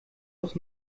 aus